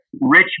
rich